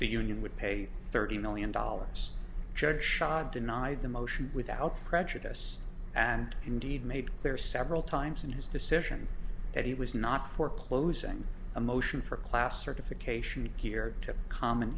the union would pay thirty million dollars judge shot and denied the motion without prejudice and indeed made clear several times in his decision that it was not for clothes and a motion for class certification here to common